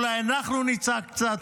אולי אנחנו נצעק קצת,